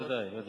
ודאי, ודאי,